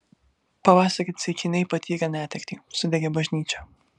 pavasarį ceikiniai patyrė netektį sudegė bažnyčia